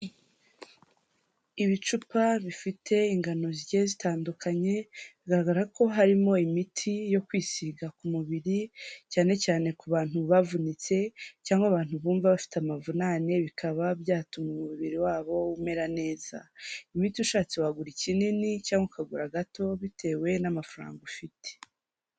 Ibicupa bifite ingano zigiye zitandukanye, bigaragara ko harimo imiti yo kwisiga ku mubiri cyane cyane ku bantu bavunitse cyangwa abantu bumva bafite amavunane bikaba byatuma umubiri wabo umera neza. Imiti ushatse wagura ikinini cyangwa ukagura agato bitewe n'amafaranfa ufite.